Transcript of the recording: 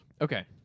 Okay